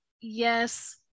yes